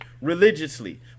religiously